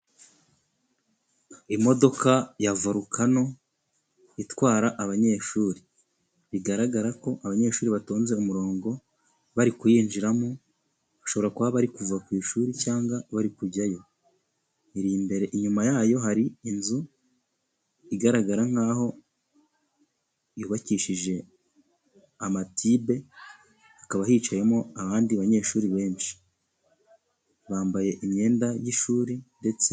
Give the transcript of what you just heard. Imodoka ya volcano itwara abanyeshuri, bigaragara ko abanyeshuri batonze umurongo, bari kuyinjiramo, bashobora kuba bari kuva ku ishuri, cyangwa bari kujyayo. Iri imbere ,inyuma yayo hari inzu igaragara nkaho yubakishije amatibe, hakaba hicayemo abandi banyeshuri benshi. Bambaye imyenda y'ishuri.